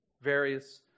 various